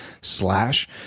slash